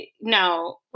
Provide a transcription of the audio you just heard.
No